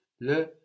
le